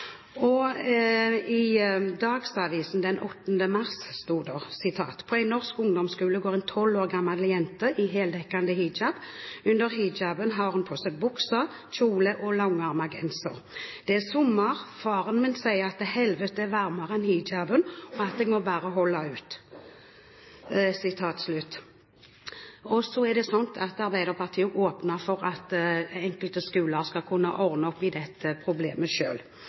I Dagsavisen den 8. mars sto det: «På en norsk ungdomsskole går en tolv år gammel jente i heldekkende hijab. Under hijaben har hun på seg bukse, kjole og langermet genser. Det er sommer. «Faren min sier at helvete er varmere enn hijaben og at jeg må holde ut.»» Arbeiderpartiet åpner for at enkelte skoler skal kunne ordne opp i dette problemet